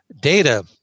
data